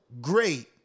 great